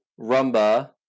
rumba